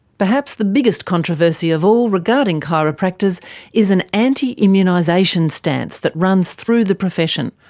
perhaps the biggest controversy of all regarding chiropractors is an anti-immunisation stance that runs through the profession.